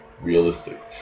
realistic